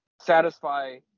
satisfy